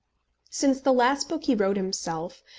since the last book he wrote himself,